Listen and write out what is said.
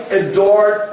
adored